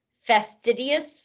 fastidious